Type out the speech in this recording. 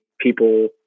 people